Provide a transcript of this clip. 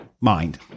mind